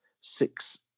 six